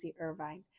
Irvine